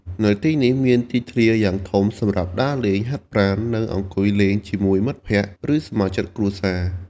នៅទីនេះមានទីធ្លាយ៉ាងធំ សម្រាប់ដើរលេង ហាត់ប្រាណ និងអង្គុយលេងជាមួយមិត្តភក្តិ ឬសមាជិកគ្រួសារ។